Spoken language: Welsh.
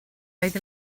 oedd